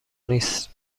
نیست